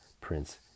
Prince